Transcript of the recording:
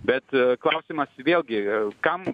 bet klausimas vėlgi kam